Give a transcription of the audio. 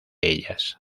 ellas